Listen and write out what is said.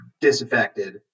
disaffected